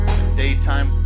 Daytime